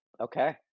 okay